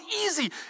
easy